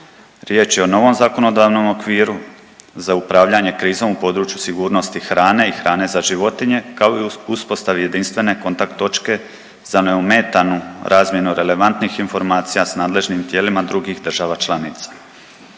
Riječ je o novom zakonodavnom okviru za upravljanje krizom u području sigurnosti hrane i hrane za životinje kao i uspostavi jedinstvene kontakt točke za neometanu razmjenu relevantnih informacija s nadležnim tijelima drugih država članica.